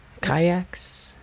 kayaks